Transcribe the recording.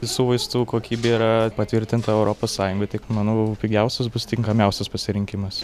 visų vaistų kokybė yra patvirtinta europos sąjungoj tik manau pigiausias bus tinkamiausias pasirinkimas